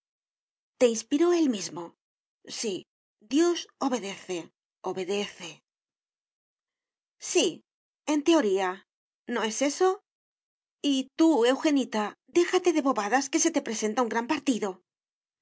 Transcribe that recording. te inspiró él mismo sí dios obedece obedece sí en teoría no es eso y tú eugenita déjate de bobadas que se te presenta un gran partido